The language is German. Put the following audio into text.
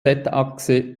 achse